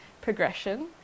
progression